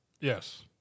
Yes